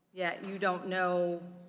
yet, you don't know,